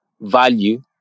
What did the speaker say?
value